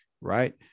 right